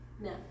No